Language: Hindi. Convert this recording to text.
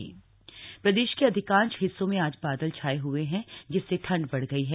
मौसम प्रदेश के अधिकांश हिस्सों में आज बादल छाये हए हैं जिससे ठंड बढ़ गई है